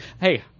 Hey